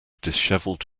disheveled